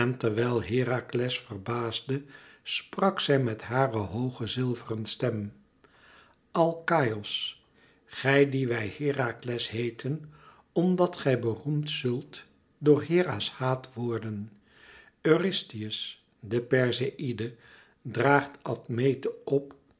terwijl herakles verbaasde sprak zij met hare hooge zilveren stem alkaïos gij dien wij herakles heeten omdat gij beroemd zult door hera's haat worden eurystheus de perseïde draagt admete op